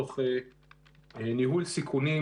תוך ניהול סיכונים,